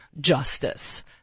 Justice